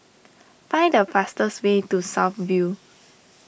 find the fastest way to South View